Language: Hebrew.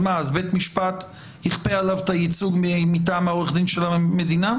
אז בית המשפט יכפה עליו את הייצוג של עורך הדין מטעם המדינה?